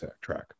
track